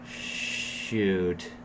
shoot